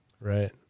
Right